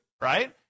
right